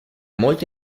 molto